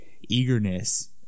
eagerness